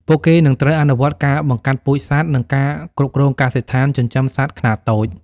ពួកគេនឹងត្រូវអនុវត្តការបង្កាត់ពូជសត្វនិងការគ្រប់គ្រងកសិដ្ឋានចិញ្ចឹមសត្វខ្នាតតូច។